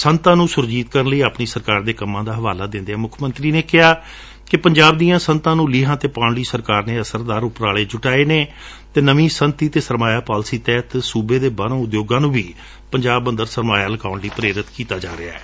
ਸਨਅਤਾਂ ਨੂੰ ਸੁਰਜੀਤ ਕਰਨ ਲਈ ਆਪਣੀ ਸਰਕਾਰ ਦੇ ਕੰਮਾਂ ਦਾ ਹਵਾਲਾ ਦਿੰਦਿਆਂ ਮੁੱਖ ਮੰਤਰੀ ਨੇ ਕਿਹਾ ਕਿ ਪੰਜਾਬ ਦੀਆਂ ਸਨਅਤਾਂ ਨੂੰ ਲੀਹਾਂ ਤੇ ਪਾਉਣ ਲਈ ਸਰਕਾਰ ਨੇ ਅਸਰਦਾਰ ਉਪਰਾਲੇ ਜੁਟਾਏ ਨੇ ਅਤੇ ਨਵੀਂ ਸਨਅਤੀ ਅਤੇ ਸਰਮਾਇਆ ਪਾਲਸੀ ਤਹਿਤ ਸੂਬੇ ਦੇ ਬਾਹਰੋਂ ਉਦਯੋਗਾਂ ਨੂੰ ਵੀ ਪੰਜਾਬ ਅੰਦਰ ਸਰਮਾਇਆ ਲਗਾਉਣ ਲਈ ਆਦਰਸ਼ਤ ਕੀਤਾ ਏ